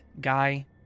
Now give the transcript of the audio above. guy